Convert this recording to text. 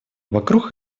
вокруг